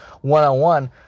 one-on-one